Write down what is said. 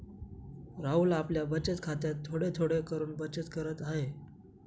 राहुल आपल्या बचत खात्यात थोडे थोडे करून बचत करत आहे